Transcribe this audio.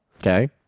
Okay